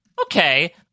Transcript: okay